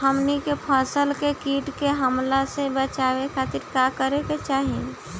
हमनी के फसल के कीट के हमला से बचावे खातिर का करे के चाहीं?